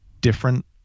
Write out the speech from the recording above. different